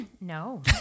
No